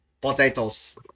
Potatoes